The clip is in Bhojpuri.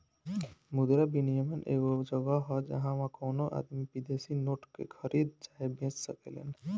मुद्रा विनियम एगो जगह ह जाहवा कवनो आदमी विदेशी नोट के खरीद चाहे बेच सकेलेन